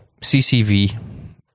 CCV